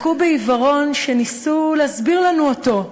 לקו בעיוורון, שניסו להסביר לנו אותו: